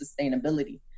sustainability